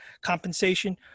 compensation